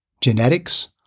genetics